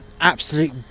absolute